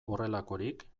horrelakorik